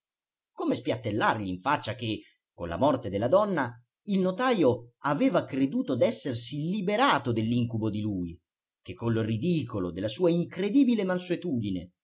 come spiattellargli in faccia che con la morte della donna il notajo aveva creduto d'essersi liberato dell'incubo di lui che col ridicolo della sua incredibile mansuetudine